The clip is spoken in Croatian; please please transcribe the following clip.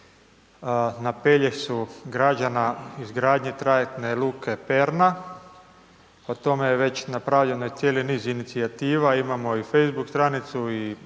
na Pelješcu građana izgradnje trajektne luke Perna, o tome je već napravljena cijeli niz inicijativa, imamo i Facebook stranicu i web